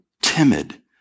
timid